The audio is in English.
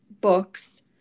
books